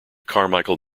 carmichael